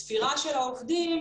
אם סגרו אותך ל-12 יום,